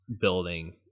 building